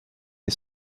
est